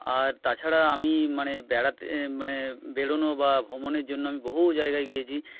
আর তাছাড়া আমি মানে বেড়াতে মানে বেড়ানো বা ভ্রমণের জন্য আমি বহু জায়গায় গিয়েছি